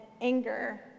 anger